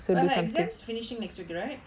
but her exams finishing next week right